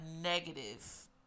negative